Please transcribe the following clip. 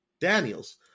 Daniels